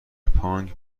پانگ